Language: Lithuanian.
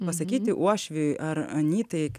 pasakyti uošviui ar anytai